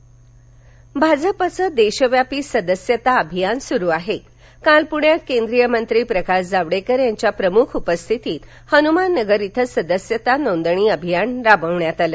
भाजपा जावडेकर भाजपाचं देशव्यापी सदस्यता अभियान सुरू आहे काल पुण्यात केंद्रीय मंत्री प्रकाश जावडेकर यांच्या प्रमुख उपस्थितीत हनुमान नगर इथं सदस्यता नोंदणी अभियान राबवण्यात आलं